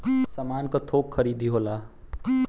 सामान क थोक खरीदी होला